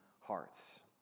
hearts